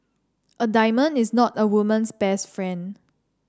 a diamond is not a woman's best friend